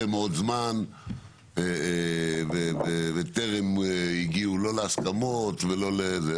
מאוד זמן וטרם הגיעו לא להסכמות ולא לזה.